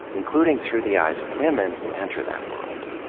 including through the eyes of women who enter that world.